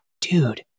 dude